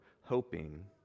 hoping